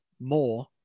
more